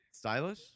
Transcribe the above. Stylish